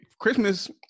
Christmas